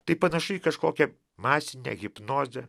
tai panašu į kažkokią masinę hipnozę